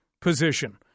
position